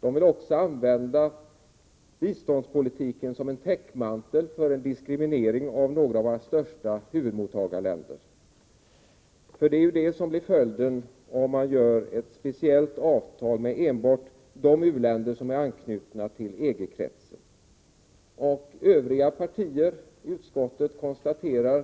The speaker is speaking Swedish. De vill också använda biståndspolitiken som en täckmantel för diskriminering av några av våra största huvudmottagarländer. Det är nämligen detta som följer om man gör ett speciellt avtal med enbart de u-länder som har anknytning till EG-kretsen. Övriga partier konstaterar